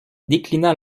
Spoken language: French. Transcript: déclina